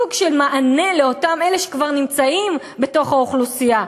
סוג של מענה לאותם אלה שכבר נמצאים בתוך האוכלוסייה,